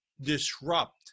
disrupt